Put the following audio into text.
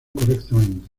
correctamente